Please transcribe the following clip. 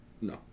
No